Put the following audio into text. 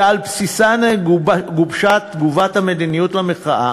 שעל בסיסן גובשה תגובת המדיניות למחאה,